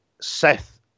Seth